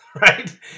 Right